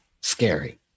scary